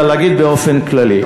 אלא להגיד באופן כללי.